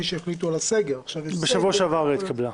שהחליטו על הסגר -- היא התקבלה בשבוע שעבר,